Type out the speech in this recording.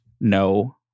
No